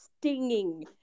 stinging